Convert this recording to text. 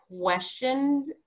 questioned